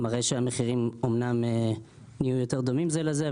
מראה שהמחירים אמנם נהיו יותר דומים זה לזה,